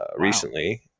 recently